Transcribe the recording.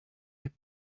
est